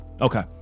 okay